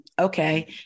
Okay